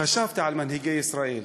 חשבתי על מנהיגי ישראל.